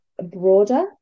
broader